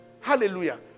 Hallelujah